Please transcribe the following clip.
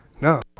No